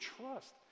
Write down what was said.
trust